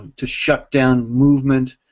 to shut down movement,